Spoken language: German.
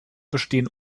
bestehen